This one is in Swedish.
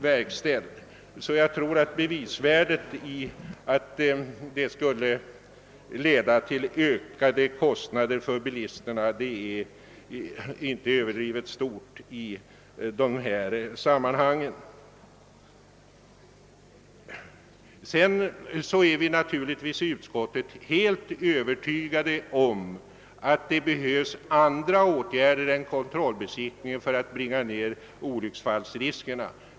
Bevisvärdet i argumentet att en sådan här anordning skulle leda till ökade kostnader för bilisterna är därför enligt min mening inte överdrivet stort. Vidare är vi i utskottet naturligtvis helt övertygade om att det behövs andra åtgärder än kontrollbesiktning för att nedbringa olycksfallsriskerna.